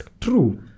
true